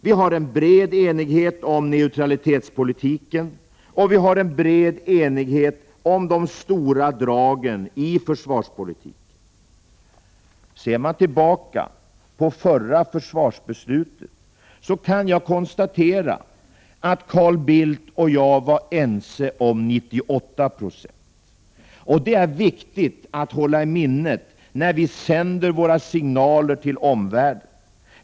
Vi har en bred enighet om neutralitetspolitiken, och vi har en bred enighet om de stora dragen i försvarspolitiken. Ser jag tillbaka på förra försvarsbeslutet kan jag konstatera att Carl Bildt och jag var ense om 98 96. Detta är viktigt att hålla i minnet när vi sänder våra signaler till omvärlden.